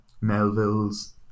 Melville's